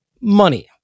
money